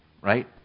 right